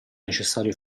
necessario